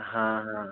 हाँ हाँ